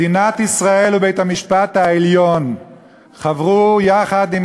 מדינת ישראל ובית-המשפט העליון חברו יחד עם